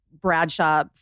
Bradshaw